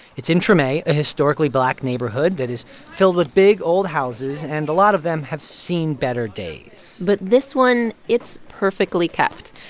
it's in treme, a a historically black neighborhood that is filled with big, old houses. and a lot of them have seen better days but this one, it's perfectly kept.